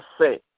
say